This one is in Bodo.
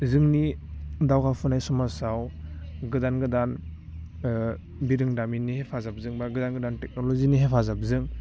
जोंनि दावगाफुनाय समाजाव गोदान गोदान बिरोंदामिननि हेफाजाबजों बा गोदान गोदान टेक्न'लजिनि हेफाजाबजों